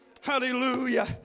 Hallelujah